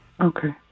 Okay